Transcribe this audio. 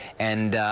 and